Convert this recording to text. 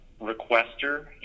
requester